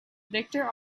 victor